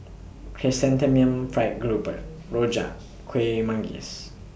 Chrysanthemum Fried Grouper Rojak Kuih Manggis